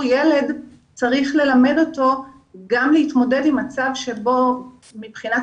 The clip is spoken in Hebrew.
הילד צריך ללמד אותו להתמודד גם עם מצב שבו מבחינת